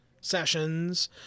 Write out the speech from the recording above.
sessions